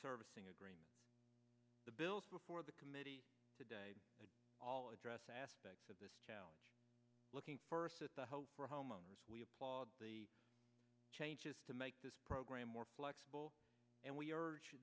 servicing agree the bills before the committee today all address aspects of this challenge looking first at the hope for homeowners we applaud the changes to make this program more flexible and we urge